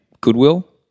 Goodwill